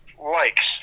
likes